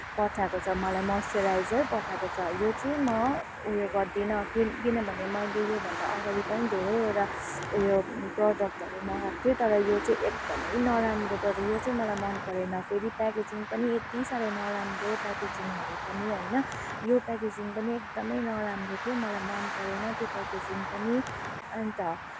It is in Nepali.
पठाएको छ मलाई मस्टुराइजर पठाएको छ यो चाहिँ म ऊ यो गर्दिनँ किनभने मैले योभन्दा अगाडि पनि धेरैवटा ऊ यो प्रडक्टहरू मगाएको थिएँ तर यो चाहिँ एकदमै नराम्रो पर्यो यो चाहिँ मलाई मन परेन फेरि प्याकेजिङ पनि यति साह्रो नराम्रो प्याकेजिङहरू पनि होइन यो प्याकेजिङ पनि एकदमै नराम्रो थियो मलाई मन परेन त्यो प्याकेजिङ पनि अन्त